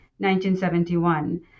1971